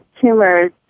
tumors